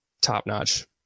top-notch